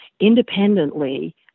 independently